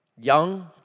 young